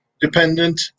dependent